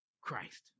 Christ